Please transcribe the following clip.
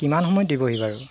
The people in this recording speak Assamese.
কিমান সময়ত দিবহি বাৰু